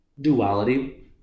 duality